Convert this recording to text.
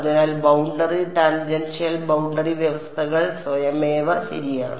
അതിനാൽ boundary tangential boundary വ്യവസ്ഥകൾ സ്വയമേവ ശരിയാണ്